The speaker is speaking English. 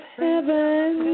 heaven